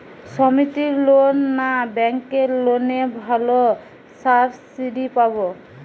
সমিতির লোন না ব্যাঙ্কের লোনে ভালো সাবসিডি পাব?